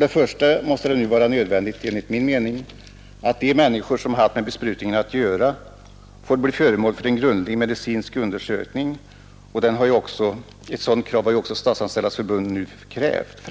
Enligt min mening måste de människor som haft med besprutningarna att göra bli föremål för en grundlig medicinsk undersökning, vilket Statsanställdas förbund nu krävt.